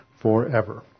forever